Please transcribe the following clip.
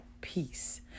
peace